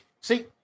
See